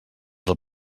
del